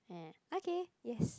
eh okay yes